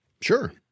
sure